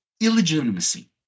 illegitimacy